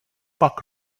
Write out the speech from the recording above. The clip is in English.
bug